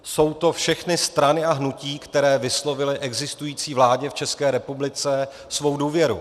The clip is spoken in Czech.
Jsou to všechny strany a hnutí, které vyslovily existující vládě v České republice svou důvěru.